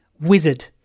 wizard